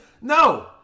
No